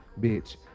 bitch